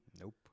Nope